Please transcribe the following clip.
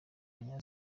abanya